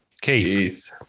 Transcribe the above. Keith